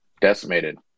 decimated